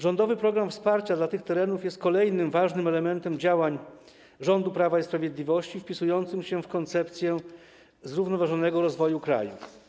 Rządowy program wsparcia dla tych terenów jest kolejnym ważnym elementem działań rządu Prawa i Sprawiedliwości wpisującym się w koncepcję zrównoważonego rozwoju kraju.